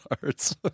cards